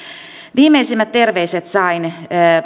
viimeisimmät terveiset sain